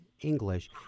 English